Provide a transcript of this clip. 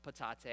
Patate